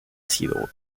sido